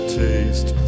taste